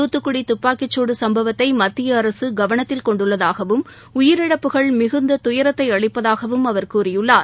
தூத்துக்குடி துப்பாக்கிசூடு சம்பவத்தை மத்திய அரசு கவனத்தில் கொண்டுள்ளதாகவும் உயிரிழப்புகள் மிகுந்த துயரத்தை அளிப்பதாகவும் அவர் கூறியுள்ளார்